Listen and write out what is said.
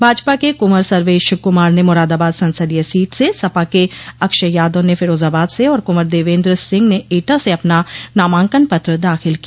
भाजपा के कुँवर सर्वेश कुमार ने मुरादाबाद संसदीय सीट से सपा के अक्षय यादव ने फिरोजाबाद से और कुॅवर देवेन्द्र सिंह ने एटा से अपना नामांकन पत्र दाखिल किया